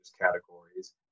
categories